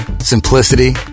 simplicity